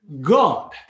God